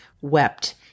wept